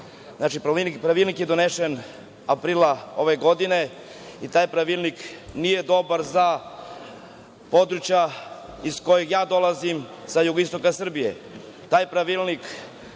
Pravilnik je donesen aprila ove godine i taj pravilnik nije dobar za područja iz kojeg ja dolazim, sa jugoistoka Srbije.